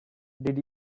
did